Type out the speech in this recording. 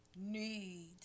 need